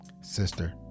sister